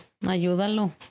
ayúdalo